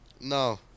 No